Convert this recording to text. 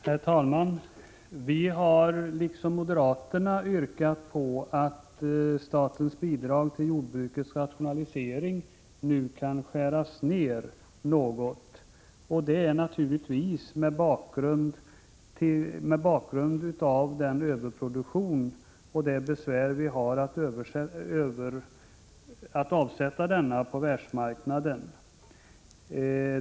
Herr talman! Vi har, liksom moderaterna, yrkat på att statsbidragen till jordbrukets rationalisering nu skall skäras ned något. Bakgrunden till detta ställningstagande i vår reservation nr 2 är överproduktionen och det besvär vi har att avsätta denna på världsmarknaden.